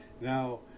Now